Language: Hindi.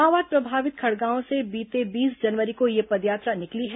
माओवाद प्रभावित खड़गांव से बीते बीस जनवरी को यह पदयात्रा निकली है